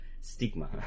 stigma